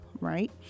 Right